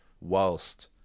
whilst